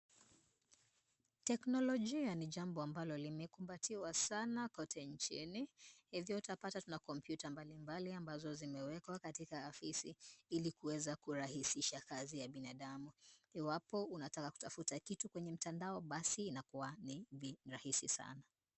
Teknolojia ni jambo ambalo limekumbatiwa sana kote nchini hivyo utapata tuna kompyuta mbalimbali ambazo zimewekwa katika afisi ili kuweza kurahisisha kazi ya binadamu. Iwapo unataka kutafuta kitu kwenye mtandao basi inakuwa ni virahisi sana.